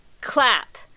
Clap